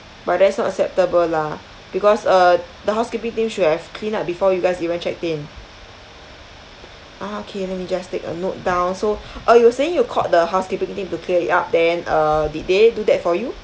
but that's not acceptable lah because uh the housekeeping team should have cleaned up before you guys even checked in ah K let me just take a note down so oh you were saying you called the housekeeping team to clear it up then uh did they do that for you